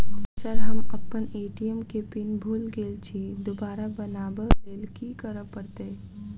Sir हम अप्पन ATM केँ पिन भूल गेल छी दोबारा बनाब लैल की करऽ परतै?